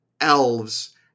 Elves